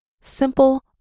Simple